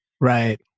Right